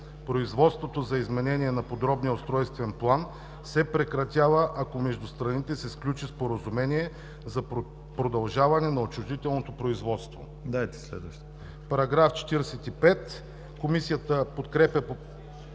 Производството за изменение на подробния устройствен план се прекратява, ако между страните се сключи споразумение за продължаване на отчуждителното производство.“ Комисията подкрепя